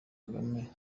kagame